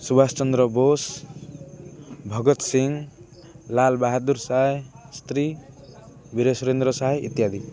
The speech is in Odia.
ସୁଭାଷଚନ୍ଦ୍ର ବୋଷ ଭଗତ ସିଂ ଲାଲ ବାହାଦୁର୍ ଶାସ୍ତ୍ରୀ ବୀର ସୁରେନ୍ଦ୍ର ସାଏ ଇତ୍ୟାଦି